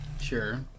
Sure